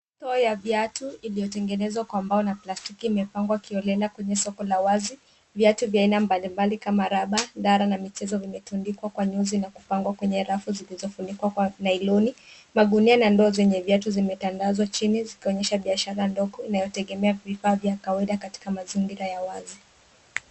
Draw ya viatu iliotengenezwa kwa mbao na plastiki imepangwa kiholela kwenye soko la wazi. Viatu vya aina mbalimbali kama rubber , dara, na michezo zimetundikwa kwa miuzi, na kupangwa kwenye rafu zilizofunikwa kwa nailoni . Magunia, na ndoo zenye viatu zimetandazwa chini, zikionyesha biashara ndogo inayotegemea vifaa vya kawaida katika mazingira ya wazi.